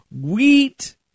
wheat